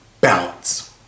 balance